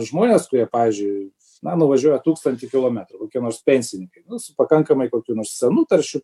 žmonės kurie pavyzdžiui na nuvažiuoja tūkstantį kilometrų kokie nors pensininkai su pakankamai kokiu nors senu taršiu